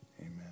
Amen